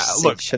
look –